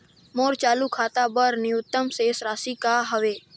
मोर चालू खाता बर न्यूनतम शेष राशि का हवे?